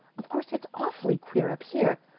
of course it's awfully queer up here,